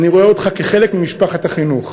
אני רואה אותך כחלק ממשפחת החינוך.